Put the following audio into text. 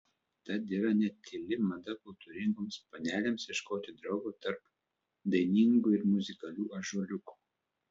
tad yra net tyli mada kultūringoms panelėms ieškoti draugo tarp dainingų ir muzikalių ąžuoliukų